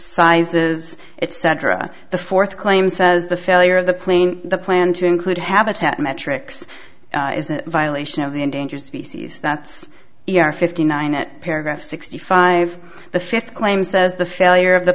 sizes etc the fourth claim says the failure of the plane the plan to include habitat metrics is a violation of the endangered species that's fifty nine at paragraph sixty five the fifth claim says the failure of the